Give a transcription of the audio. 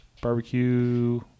barbecue